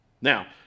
Now